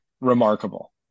remarkable